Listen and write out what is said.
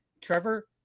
Trevor